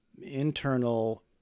internal